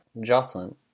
Jocelyn